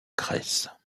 graisse